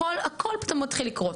שם הכול מתחיל לקרות.